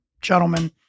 gentlemen